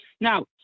now